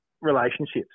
Relationships